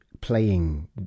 playing